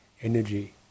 energy